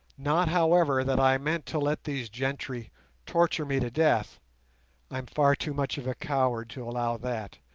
not, however, that i meant to let these gentry torture me to death i am far too much of a coward to allow that,